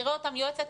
תראה אותם יועצת?